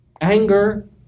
Anger